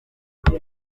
bwe